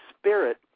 spirit